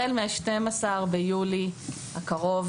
החל מה-12 ביולי הקרוב,